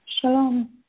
Shalom